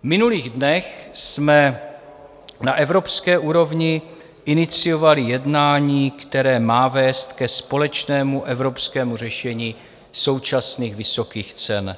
V minulých dnech jsme na evropské úrovni iniciovali jednání, které má vést ke společnému evropskému řešení současných vysokých cen